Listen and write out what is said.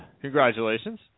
Congratulations